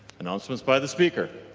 announcements by the speaker